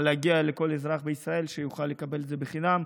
אבל להגיע לכל אזרח בישראל כדי שיוכל לקבל את זה בחינם,